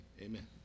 amen